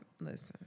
Listen